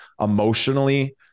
emotionally